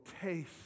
taste